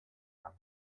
tra